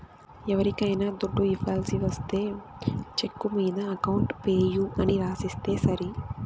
ఎవరికైనా దుడ్డు ఇవ్వాల్సి ఒస్తే చెక్కు మీద అకౌంట్ పేయీ అని రాసిస్తే సరి